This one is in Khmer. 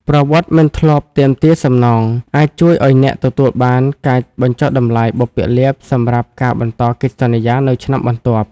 ប្រវត្តិមិនធ្លាប់ទាមទារសំណង អាចជួយឱ្យអ្នកទទួលបានការបញ្ចុះតម្លៃបុព្វលាភសម្រាប់ការបន្តកិច្ចសន្យានៅឆ្នាំបន្ទាប់។